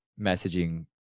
messaging